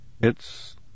It's—